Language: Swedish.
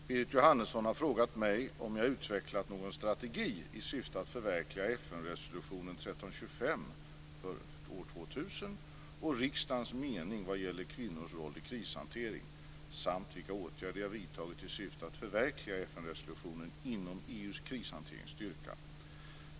Fru talman! Berit Jóhannesson har frågat mig om jag utvecklat någon strategi i syfte att förverkliga FN resolutionen 1325/2000 och riksdagens mening vad gäller kvinnors roll i krishantering samt vilka åtgärder jag vidtagit i syfte att förverkliga FN-resolutionen inom EU:s krishanteringsstyrka.